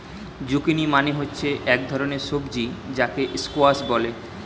zucchini মানে হচ্ছে এক ধরণের সবজি যাকে স্কোয়াস বলে